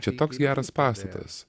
čia toks geras pastatas